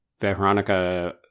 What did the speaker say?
Veronica